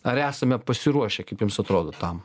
ar esame pasiruošę kaip jums atrodo tam